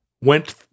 went